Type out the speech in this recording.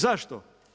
Zašto?